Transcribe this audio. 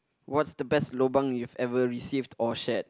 what's the best lobang you've ever received or shared